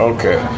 Okay